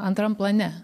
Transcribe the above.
antram plane